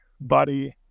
buddy